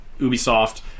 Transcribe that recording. Ubisoft